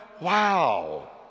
Wow